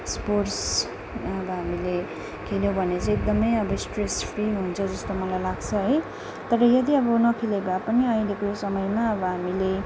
sports अब हामीले खेल्यौ भने चाहिँ एकदमै अब स्ट्रेस फ्री हुन्छ जस्तो मलाई लाग्छ है तर यदि अब नखेले भए पनि अहिलेको समयमा अब हामीले